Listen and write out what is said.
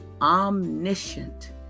omniscient